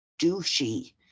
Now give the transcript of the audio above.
douchey